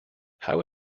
how